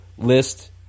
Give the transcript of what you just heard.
list